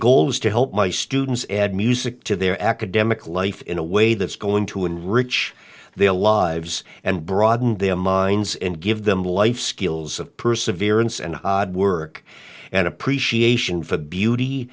goal is to help my students add music to their academic life in a way that's going to enrich their lives and broaden their minds and give them life skills of perseverance and work and appreciation for beauty